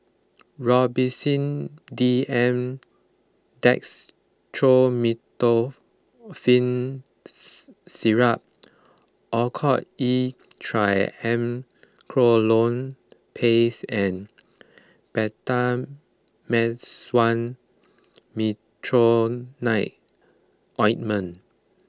Robitussin D M Dextromethorphan Syrup Oracort E Triamcinolone Paste and Betamethasone Ointment